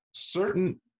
certain